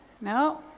No